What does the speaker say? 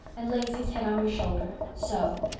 and lays his head on your shoulder. so.